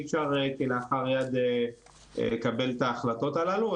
אפשר כלאחר יד לקבל את ההחלטות האלה.